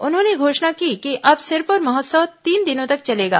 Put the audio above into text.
उन्होंने घोषणा की कि अब सिरपुर महोत्सव तीन दिनों तक चलेगा